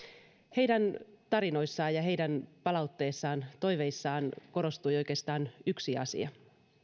heidän tarinoissaan palautteessaan ja toiveissaan korostui oikeastaan yksi asia